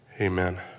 Amen